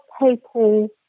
people